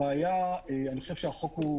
החוק,